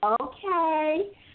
Okay